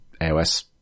AOS